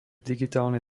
digitálnej